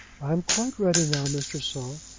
i am quite ready now, mr. saul.